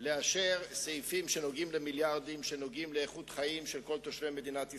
לאשר סעיפים שנוגעים למיליארדים ולאיכות החיים של כל תושבי מדינת ישראל.